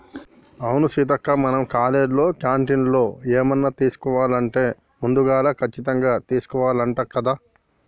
అవును సీతక్క మనం కాలేజీలో క్యాంటీన్లో ఏమన్నా తీసుకోవాలంటే ముందుగాల కచ్చితంగా తీసుకోవాల్నంట కదా